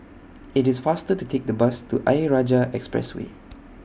IT IS faster to Take The Bus to Ayer Rajah Expressway